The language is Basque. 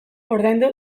ordaindu